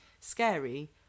scary